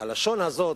הלשון הזו